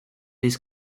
his